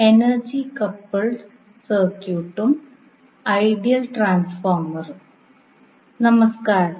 energy coupled സർക്യൂട്ടും ideal ട്രാൻസ്ഫോർമറും നമസ്കാരം